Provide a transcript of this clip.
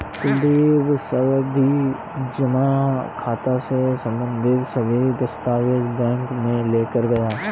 कुलदीप सावधि जमा खाता से संबंधित सभी दस्तावेज बैंक में लेकर गया